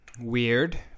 Weird